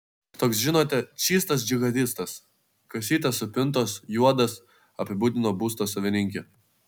toks žinote čystas džihadistas kasytės supintos juodas apibūdino būsto savininkė